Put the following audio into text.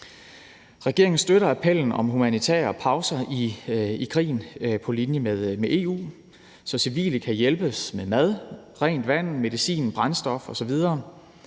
Regeringen støtter appellen om humanitære pauser i krigen, på linje med EU, så civile kan hjælpes med mad, rent vand, medicin, brændstoffer osv.